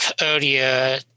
earlier